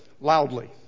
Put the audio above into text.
loudly